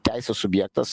teisės subjektas